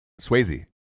Swayze